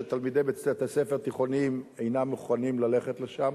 שתלמידי בתי-ספר תיכוניים אינם מוכנים ללכת לשם.